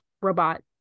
robot